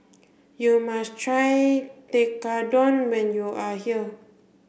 you must try Tekkadon when you are here